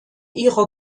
ihrer